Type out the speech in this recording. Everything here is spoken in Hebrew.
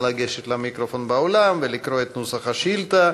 נא לגשת למיקרופון באולם ולקרוא את נוסח השאילתה.